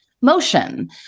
motion